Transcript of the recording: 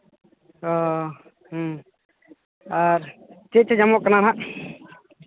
ᱚᱻ ᱟᱨ ᱪᱮᱫ ᱪᱮᱫ ᱧᱟᱢᱚᱜ ᱠᱟᱱᱟ ᱦᱟᱸᱜ